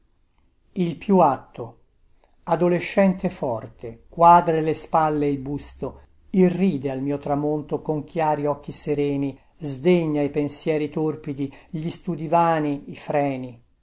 il più atto adolescente forte quadre le spalle e il busto irride al mio tramonto con chiari occhi sereni sdegna i pensieri torpidi gli studi vani i freni